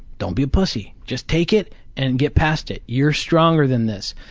don't be a pussy. just take it and get past it. you're stronger than this.